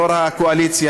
ליו"ר הקואליציה,